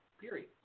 period